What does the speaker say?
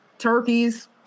Turkeys